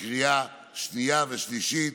בקריאה שנייה ושלישית